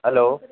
hello